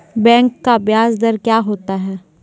Bank का ब्याज दर क्या होता हैं?